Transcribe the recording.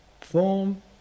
Form